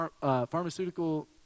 Pharmaceutical